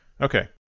Okay